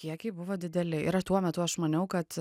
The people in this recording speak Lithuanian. kiekiai buvo dideli ir aš tuo metu aš maniau kad